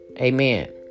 Amen